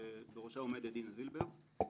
שבראשה עומדת דינה זילבר.